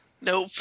Nope